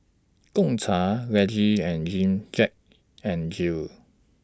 Gongcha Laneige and Gen Jack N Jill